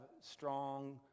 strong